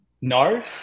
no